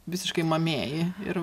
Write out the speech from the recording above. visiškai mamėji ir